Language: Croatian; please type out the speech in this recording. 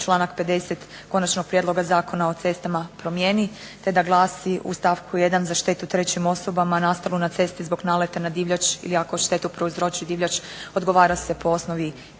članak 50. Konačnog prijedloga Zakona o cestama promijeni, te da glasi u stavku 1. za štetu trećim osobama nastalu na cesti zbog naleta na divljač ili ako štetu prouzroči divljač odgovara se po osnovi